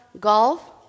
golf